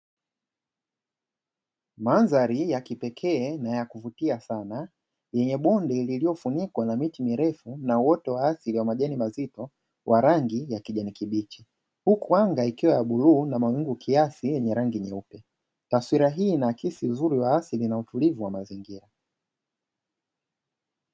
Mandhari hii ya kipekee na ya kuvutia sana yenye bonde lililofunikwa la miti mirefu na uoto wa asili wa majani mazito wa rangi ya kijani kibichi, huku anga ikiwa ya bluu na mawingu kiasi yenye rangi nyeupe. Taswira hii inaakisi uzuri wa asili na utulivu wa mazingira.